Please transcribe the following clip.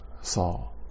Saul